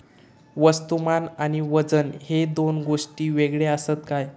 वस्तुमान आणि वजन हे दोन गोष्टी वेगळे आसत काय?